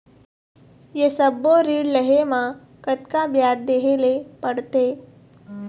ये सब्बो ऋण लहे मा कतका ब्याज देहें ले पड़ते?